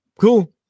cool